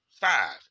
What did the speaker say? five